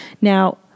Now